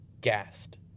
gassed